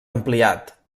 ampliat